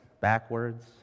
backwards